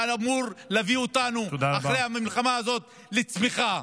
שאמור להביא אותנו אחרי המלחמה הזאת לצמיחה.